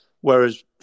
whereas